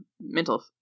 mental